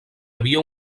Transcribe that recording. havia